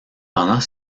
pendant